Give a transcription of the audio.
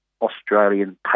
Australian